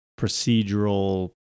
procedural